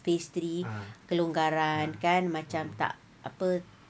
phase three kelonggaran kan macam tak apa